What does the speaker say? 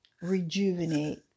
rejuvenate